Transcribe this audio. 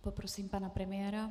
Poprosím pana premiéra.